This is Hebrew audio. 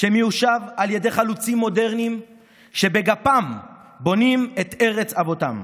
שמיושב על ידי חלוצים מודרניים שבגפם בונים את ארץ אבותיהם.